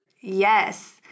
Yes